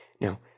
now